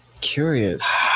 curious